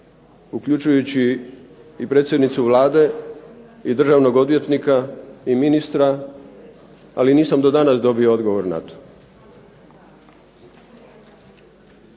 uključujući i predsjednicu Vlade i državnog odvjetnika i ministra, ali nisam do danas dobio odgovor na to.